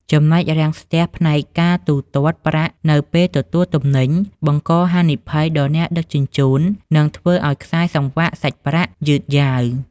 ចំណុចរាំងស្ទះផ្នែក "ការទូទាត់ប្រាក់នៅពេលទទួលទំនិញ"បង្កហានិភ័យដល់អ្នកដឹកជញ្ជូន និងធ្វើឱ្យខ្សែសង្វាក់សាច់ប្រាក់យឺតយ៉ាវ។